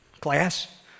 class